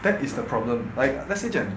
that is the problem like let's say gen